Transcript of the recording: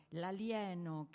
l'alieno